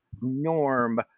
norm